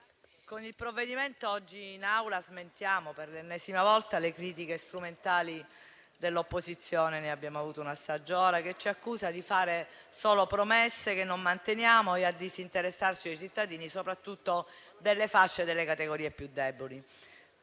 con il provvedimento oggi in Aula smentiamo, per l'ennesima volta, le critiche strumentali dell'opposizione (ne abbiamo avuto un assaggio ora), che ci accusa di fare solo promesse che non manteniamo e di disinteressarci dei cittadini, soprattutto delle fasce e delle categorie più deboli.